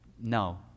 No